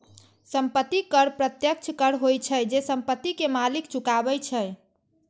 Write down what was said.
संपत्ति कर प्रत्यक्ष कर होइ छै, जे संपत्ति के मालिक चुकाबै छै